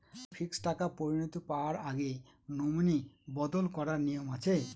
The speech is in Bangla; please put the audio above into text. আমার ফিক্সড টাকা পরিনতি পাওয়ার আগে নমিনি বদল করার নিয়ম আছে?